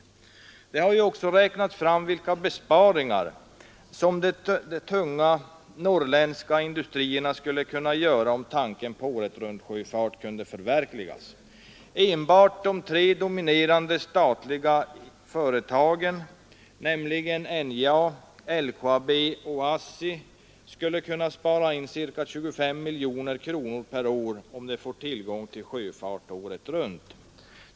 Det har också räknats fram vilka besparingar som de tunga norrländska industrierna skulle kunna göra om tanken på åretruntsjöfart kunde förverkligas. Enbart de tre dominerande statliga företagen, nämligen NJA, LKAB och ASSI, skulle kunna spara in ca 25 miljoner kronor per år, om de får tillgång till sjöfart året runt.